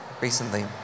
recently